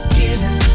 giving